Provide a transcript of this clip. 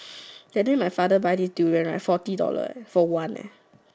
that day my father buy this durian right forty dollars eh for one leh